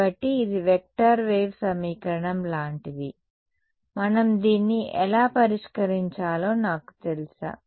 కాబట్టి ఇది vector wave సమీకరణం లాంటిది మనం దీన్ని ఎలా పరిష్కరించాలో నాకు తెలుసా